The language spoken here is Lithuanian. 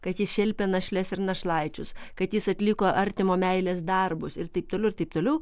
kad jis šelpė našles ir našlaičius kad jis atliko artimo meilės darbus ir taip toliau ir taip toliau